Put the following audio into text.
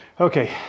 Okay